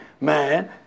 Man